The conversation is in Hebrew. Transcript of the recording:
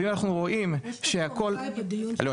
ואם אנחנו רואים שהכל --- לא,